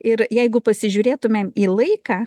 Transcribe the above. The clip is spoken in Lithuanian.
ir jeigu pasižiūrėtumėm į laiką